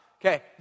Okay